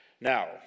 Now